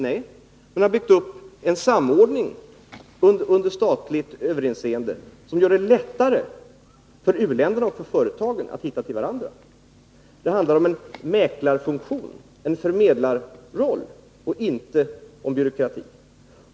Nej, man har byggt upp en samordning under statligt överinseende, som gör det lättare för u-länderna och för företagen att hitta till 53 varandra. Det handlar om en mäklarfunktion, en förmedlarroll, och inte om byråkrati.